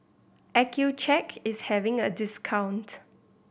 accucheck is having a discount